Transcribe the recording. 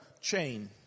chain